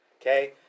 okay